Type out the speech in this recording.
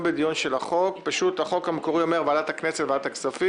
החוק המקורי אומר: ועדת הכנסת וועדת הכספים,